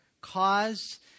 cause